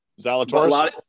Zalatoris